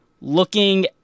Looking